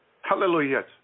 Hallelujah